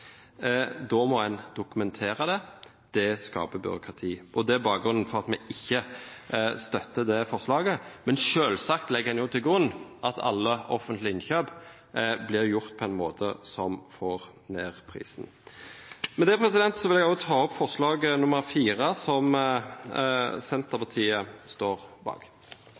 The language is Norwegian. Da må en dokumentere det. Det skaper byråkrati, og det er bakgrunnen for at vi ikke støtter det forslaget. Men selvsagt legger en til grunn at alle offentlige innkjøp blir gjort på en måte som får ned prisen. Med det vil jeg også ta opp forslag nr. 4, som Senterpartiet og SV står bak.